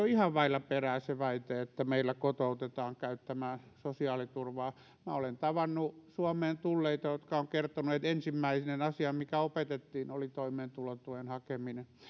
ihan vailla perää se väite että meillä kotoutetaan käyttämään sosiaaliturvaa minä olen tavannut suomeen tulleita jotka ovat kertoneet että ensimmäinen asia mikä opetettiin oli toimeentulotuen hakeminen